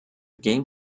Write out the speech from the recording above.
game